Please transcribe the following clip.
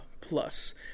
Plus